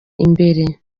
imbere